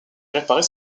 réparer